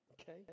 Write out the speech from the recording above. Okay